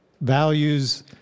values